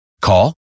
Call